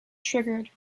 triggered